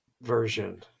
version